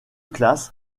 classe